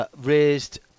raised